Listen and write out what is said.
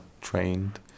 trained